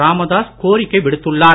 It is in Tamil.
ராமதாஸ் கோரிக்கை விடுத்துள்ளார்